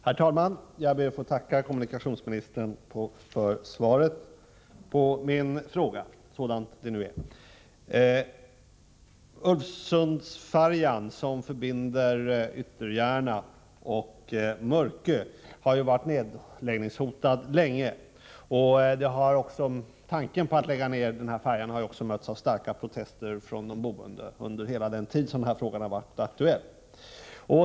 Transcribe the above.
Herr talman! Jag ber att få tacka kommunikationsministern för svaret på min fråga, sådant det nu är. 127 Ulvsundsfärjan, som förbinder Ytterjärna och Mörkö, har varit nedläggningshotad länge. Tanken på att lägga ned färjan har mötts av starka protester från de boende under hela den tid som frågan varit aktuell.